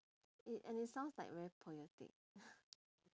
it and it sounds like very poetic